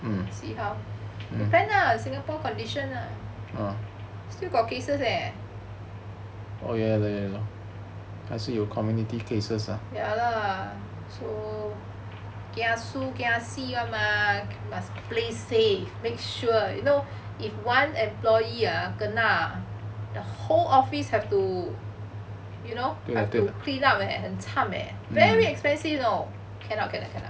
see how depend lah singapore condition lah still got cases leh ya lah kiasu kiasi [one] mah must play safe make sure you know if one employee ah kena ah the whole office have to you know how to clean up leh 很 cham eh very expensive you know cannot cannot cannot